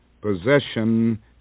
Possession